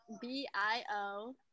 B-I-O